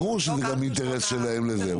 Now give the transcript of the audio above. ברור שזה גם אינטרס שלהם לזה,